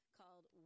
called